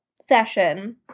session